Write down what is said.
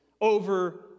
over